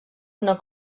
una